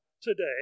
today